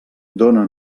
dóna